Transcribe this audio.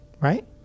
right